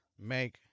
Make